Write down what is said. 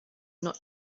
not